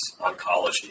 oncology